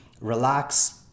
relax